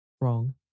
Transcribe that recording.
Wrong